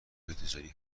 تجاری